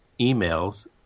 emails